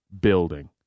building